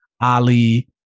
Ali